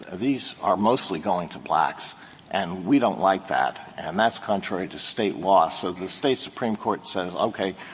ah these are mostly going to blacks and we don't like that. and that's contrary to state law. so the state supreme court says, ok,